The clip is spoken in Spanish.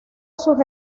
sus